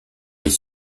les